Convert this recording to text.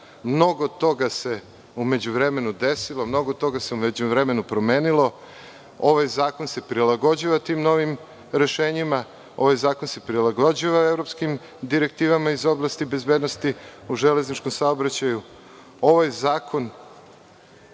Mnogo toga se u međuvremenu desilo. Mnogo toga se u međuvremenu promenilo. Ovaj zakon se prilagođava tim novi rešenjima. Ovaj zakon se prilagođava evropskim direktivama iz oblasti bezbednosti u železničkom saobraćaju. Ovaj zakon